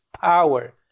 power